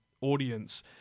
audience